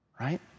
right